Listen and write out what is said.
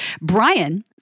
Brian